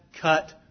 cut